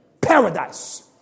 Paradise